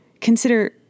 consider